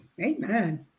amen